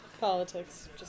Politics